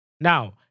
Now